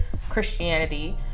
christianity